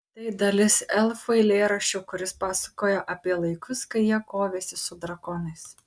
tai dalis elfų eilėraščio kuris pasakoja apie laikus kai jie kovėsi su drakonais